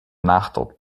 nachdruck